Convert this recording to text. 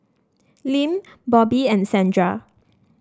Lim Bobbye and Sandra